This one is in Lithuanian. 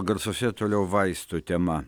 garsuose toliau vaistų tema